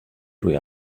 روی